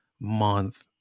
month